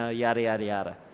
ah yadda, yadda, yadda.